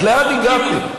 עד לאן הגעתם?